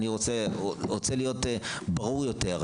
אני רוצה להיות ברור יותר,